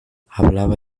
hablaba